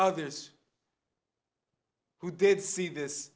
others who did see this